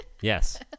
Yes